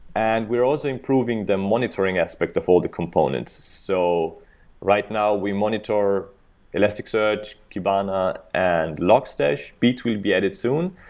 and we're also improving the monitoring aspect of all the components. so right now, we monitor elasticsearch, kibana, and logstash. beats will be added soon.